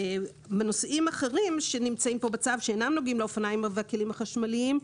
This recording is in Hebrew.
בנושאים אחרים שנמצאים בצו שאינם נוגעים לאופניים והכלים החשמליים,